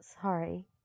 Sorry